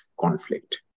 conflict